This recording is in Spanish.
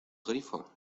grifo